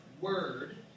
word